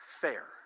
fair